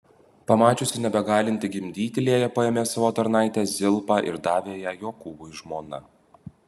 pamačiusi nebegalinti gimdyti lėja paėmė savo tarnaitę zilpą ir davė ją jokūbui žmona